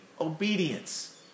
obedience